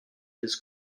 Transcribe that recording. his